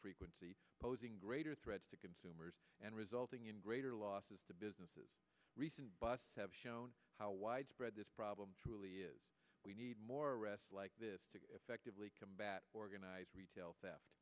frequency posing greater threats to consumers and resulting in greater losses to businesses recent busts have shown how widespread this problem truly is we need more arrests like this to effectively combat organized retail theft